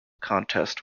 contest